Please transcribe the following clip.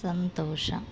ಸಂತೋಷ